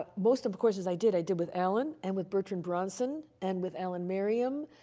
but most of the courses i did i did with alan and with bertrand bronson and with alan merriam.